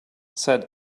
said